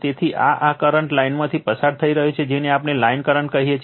તેથી આ આ કરંટ લાઇનમાંથી પસાર થઈ રહ્યો છે જેને આપણે લાઇન કરંટ કહીએ છીએ